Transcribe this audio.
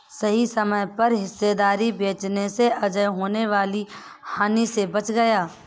सही समय पर हिस्सेदारी बेचने से अजय होने वाली हानि से बच गया